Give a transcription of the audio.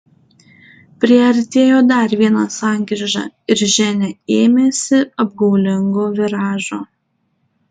priartėjo dar viena sankryža ir ženia ėmėsi apgaulingo viražo